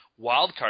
wildcard